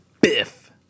Biff